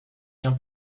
qu’un